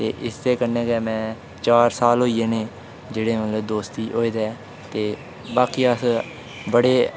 इस्सै कन्नै गै में चार साल होई जाने जेह्ड़े मतलब दोस्ती होए दे ते बाकी अस बड़े